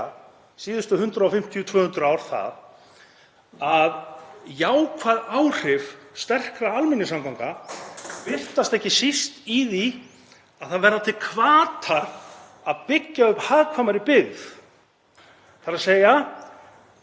síðustu 150–200 ár sýnir að jákvæð áhrif sterkra almenningssamgangna birtast ekki síst í því að það verða til hvatar til að byggja upp hagkvæmari byggð, þ.e. sterkar